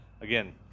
Again